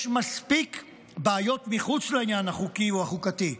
יש מספיק בעיות מחוץ לעניין החוקי או החוקתי,